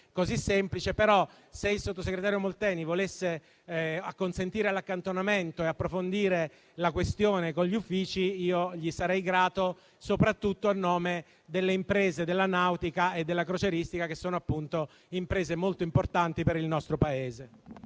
però se il sottosegretario Molteni volesse acconsentire all'accantonamento e approfondire la questione con gli uffici, gliene sarei grato soprattutto a nome delle imprese della nautica e della crocieristica, che sono appunto molto importanti per il nostro Paese.